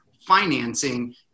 financing